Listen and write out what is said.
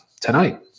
tonight